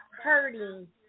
hurting